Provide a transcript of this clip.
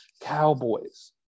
Cowboys